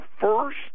first